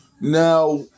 Now